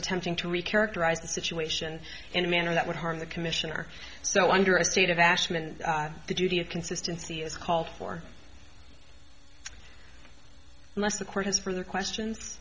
attempting to we characterize the situation in a manner that would harm the commissioner so under a state of ashman the duty of consistency is called for unless of course for the questions